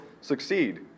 succeed